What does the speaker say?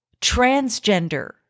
transgender